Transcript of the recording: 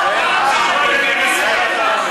ספרת ספירת העומר?